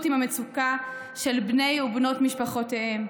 עם המצוקה של בני ובנות משפחותיהם.